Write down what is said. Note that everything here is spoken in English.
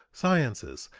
sciences,